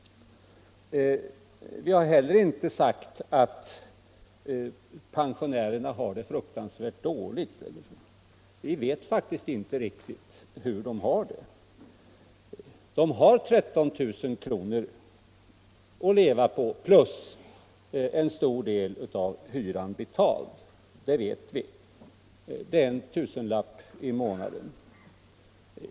Vi har inte sagt att pensionärerna har det fruktansvärt dåligt. Vi vet faktiskt inte riktigt hur de har det. De har 13 000 kr. om året att leva på plus en stor del av hyran betald, det vet vi. Det är en tusenlapp i månaden.